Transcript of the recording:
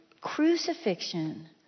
crucifixion